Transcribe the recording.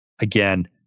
Again